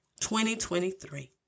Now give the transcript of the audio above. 2023